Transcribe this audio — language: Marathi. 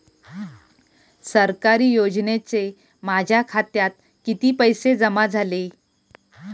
सरकारी योजनेचे माझ्या खात्यात किती पैसे जमा झाले?